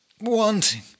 wanting